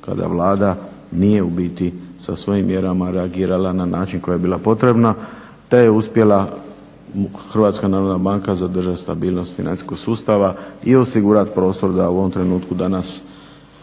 kada Vlada nije u biti sa svojim mjerama reagirala na način koji je bilo potrebno te je uspjela HNB zadržati stabilnost financijskog sustava i osigurati prostor da u ovom trenutku danas